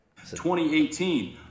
2018